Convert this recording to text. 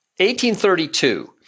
1832